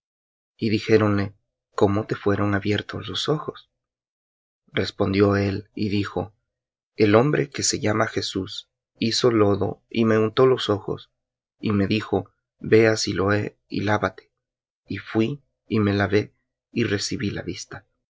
y dijéronle cómo te fueron abiertos los ojos respondió él y dijo el hombre que se llama jesús hizo lodo y me untó los ojos y me dijo ve al siloé y lávate y fuí y me lavé y recibí la vista